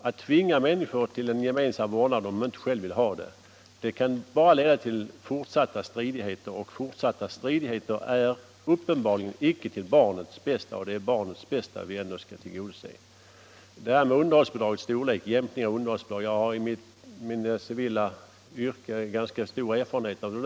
Att tvinga människor till en gemensam vårdnad, om de inte själva vill ha det, kan bara leda till fortsatta stridigheter. Sådana är uppenbarligen icke till barnets bästa, och det är barnets bästa vi skall tillgodose. Jag har i mitt civila yrke ganska stora erfarenheter av frågor om jämkning av underhållsbidragets storlek.